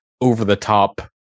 over-the-top